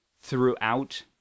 throughout